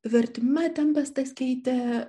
vertime tempestas keitė